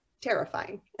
terrifying